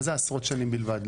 מה זה עשרות שנים בלבד?